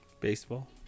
Baseball